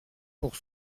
pour